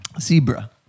zebra